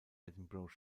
edinburgh